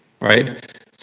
right